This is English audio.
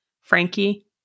Frankie